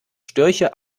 störche